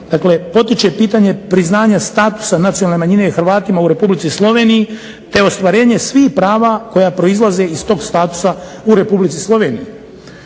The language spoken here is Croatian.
"potiče pitanje priznanja statusa nacionalne manjine Hrvatima u Republici Sloveniji te ostvarenje svih prava koja proizlaze iz tog statusa u Republici Sloveniji".